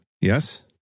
Yes